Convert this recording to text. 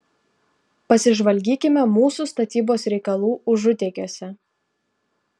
pasižvalgykime mūsų statybos reikalų užutėkiuose